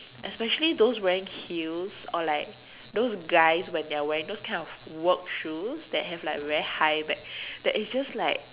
especially those wearing heels or like those guys when they are wearing those kind of work shoes that have like very high back that is just like